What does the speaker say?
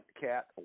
Cat